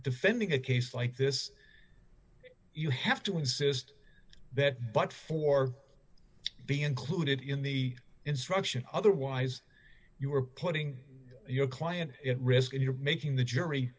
defending a case like this you have to insist that but for be included in the instruction otherwise you are putting your client at risk and you're making the jury